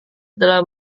telah